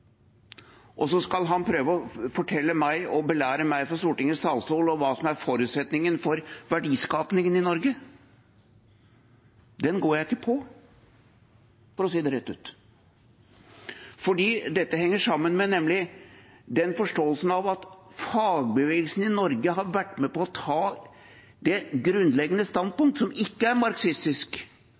Og så skal han prøve å belære meg fra Stortingets talerstol og fortelle meg hva som er forutsetningen for verdiskapingen i Norge. Den går jeg ikke på, for å si det rett ut, for dette henger nemlig sammen med forståelsen av at fagbevegelsen i Norge har vært med på å ta det grunnleggende standpunkt, som ikke er